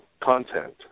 content